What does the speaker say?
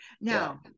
Now